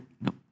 no